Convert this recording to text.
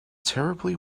terribly